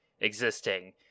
existing